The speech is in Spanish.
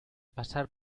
pasar